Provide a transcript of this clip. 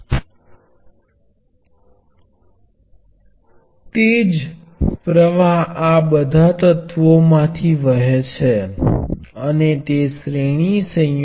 તેથીVx જે V1 V2 છે તે આ બે ના સરવાળા દ્વારા આપવામાં આવે છે જે તમે સરળતાથી જોશો કે 1 C1 1 C2 integral I dt